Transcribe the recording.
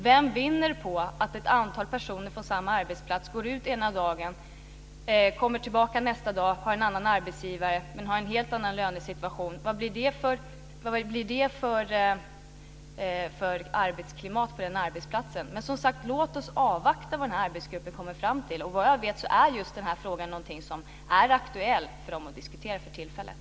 Vem vinner på att ett antal personer från samma arbetsplats försvinner ena dagen, kommer tillbaka nästa dag och har en annan arbetsgivare, men har en helt annan lönesituation än tidigare? Vad blir det för arbetsklimat på den arbetplatsen? Men, som sagt, låt oss avvakta vad arbetsgruppen kommer fram till. Såvitt jag vet är den här frågan aktuell för gruppen att diskutera för tillfället.